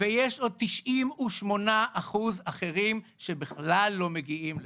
ויש עוד 98% אחרים שבכלל לא מגיעים לשם.